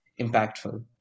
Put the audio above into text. impactful